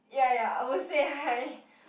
ya ya I will say hi